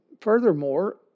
furthermore